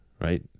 right